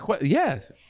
Yes